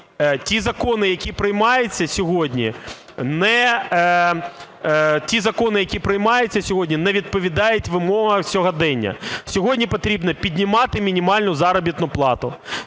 Ті закони, які приймаються сьогодні, не відповідають вимогам сьогодення. Сьогодні потрібно піднімати мінімальну заробітну плату,